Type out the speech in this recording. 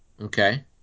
Okay